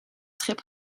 schip